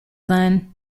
sein